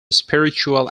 spiritual